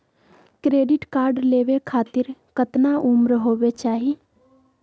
Credit card लेवे खातीर कतना उम्र होवे चाही?